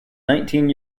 nineteen